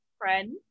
friend